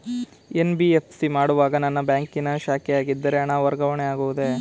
NBFC ಮಾಡುವಾಗ ನನ್ನ ಬ್ಯಾಂಕಿನ ಶಾಖೆಯಾಗಿದ್ದರೆ ಹಣ ವರ್ಗಾವಣೆ ಆಗುವುದೇ?